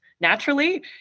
naturally